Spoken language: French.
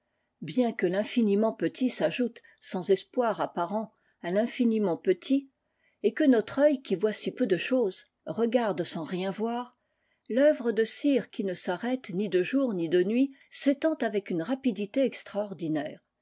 bien que tinfiniment petit s'ajoute sans espoir apparent à tinfîniment petit et que notre œil qui voit si peu de chose regarde sans nen voir toeuvre de cire qui ne s'arrête ni de jour ni de nuit s'étend avec une rapidité extraordinaire